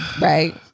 right